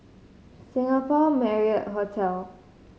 Singapore Marriott Hotel